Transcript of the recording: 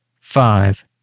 five